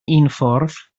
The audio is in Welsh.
unffordd